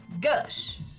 gush